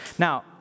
Now